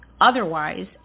otherwise